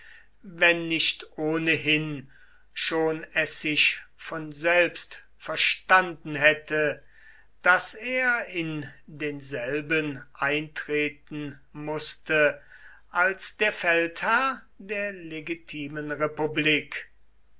wenn nicht ohnehin schon es sich von selbst verstanden hätte daß er in denselben eintreten wußte als der feldherr der legitimen republik